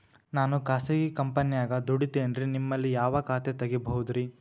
ನಾನು ಖಾಸಗಿ ಕಂಪನ್ಯಾಗ ದುಡಿತೇನ್ರಿ, ನಿಮ್ಮಲ್ಲಿ ಯಾವ ಖಾತೆ ತೆಗಿಬಹುದ್ರಿ?